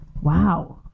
Wow